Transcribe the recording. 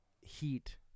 heat